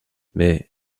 mais